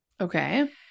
okay